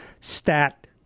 stat